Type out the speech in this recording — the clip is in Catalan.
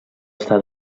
està